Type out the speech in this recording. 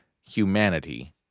humanity